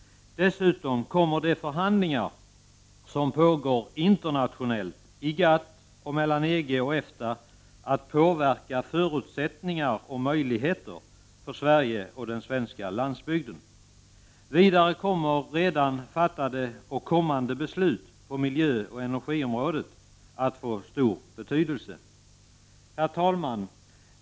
Dessutom kommer de förhandlingar som pågår internationellt i GATT och mellan EG och EFTA att påverka förutsättningar och möjligheter för Sverige och den svenska landsbygden. Vidare kommer redan fattade och kommande beslut på miljöoch energiområdet att få stor betydelse. Herr talman!